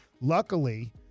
Luckily